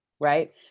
right